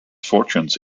fortunes